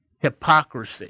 hypocrisy